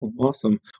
Awesome